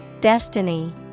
Destiny